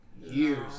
years